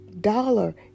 dollar